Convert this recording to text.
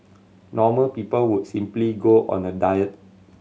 normal people would simply go on a diet